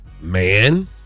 man